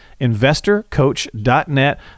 Investorcoach.net